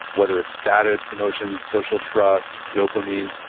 whether it's status, emotions, social trust, dopamine,